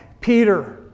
Peter